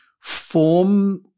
form